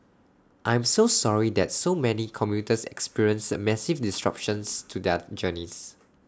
I am sorry that so many commuters experienced massive disruptions to their journeys